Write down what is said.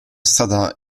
stata